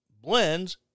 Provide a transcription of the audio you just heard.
blends